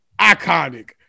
iconic